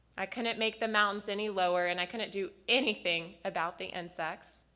i couldn't make the mountains any lower, and i couldn't do anything about the insects,